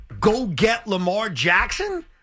go-get-Lamar-Jackson